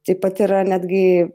taip pat yra netgi